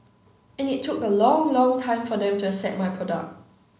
and it look a long long time for them to accept my product